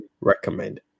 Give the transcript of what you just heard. recommend